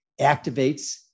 activates